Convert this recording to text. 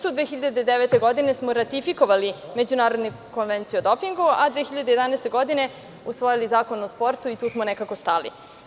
Godine 2005. smo ratifikovali Međunarodnu konvenciju o dopingu, a 2011. godine smo usvojili Zakon o sportu i tu smo nekako stali.